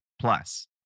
plus